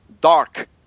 dark